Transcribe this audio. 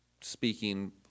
speaking